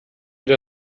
der